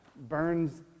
burns